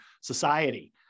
society